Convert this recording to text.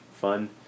fun